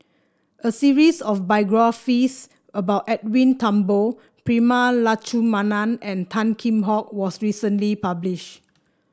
a series of biographies about Edwin Thumboo Prema Letchumanan and Tan Kheam Hock was recently publish